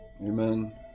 Amen